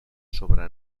sobre